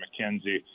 McKenzie